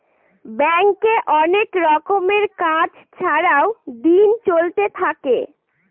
ব্যাঙ্কে অনেক রকমের কাজ ছাড়াও দিন চলতে থাকে